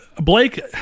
Blake